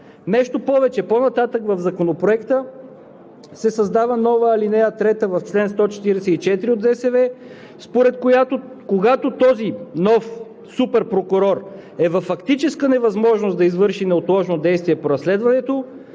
Нещо повече. По-нататък в Законопроекта се създава нова ал. 3, в чл. 144 от Закона за съдебната власт, според която, когато този нов супер прокурор е във фактическа невъзможност да извърши неотложно действие по разследването,